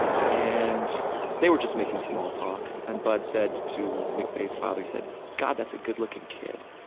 and they were just making small talk and bud said to mcveigh's father, he said, god, that's a good-looking kid.